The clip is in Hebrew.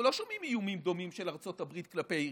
אנחנו לא שומעים איומים דומים של ארצות הברית כלפי איראן,